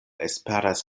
esperas